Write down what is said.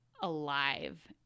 alive